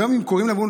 גם אם קוראים להם,